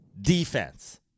defense